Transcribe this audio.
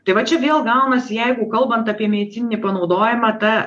tai va čia vėl gaunasi jeigu kalbant apie medicininį panaudojimą ta